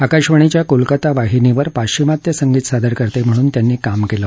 आकाशवाणीच्या कोलकता वाहिनीवर पाश्विमात्य संगीत सादकते म्हणून त्यांनी काम केलं